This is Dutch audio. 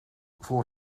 voor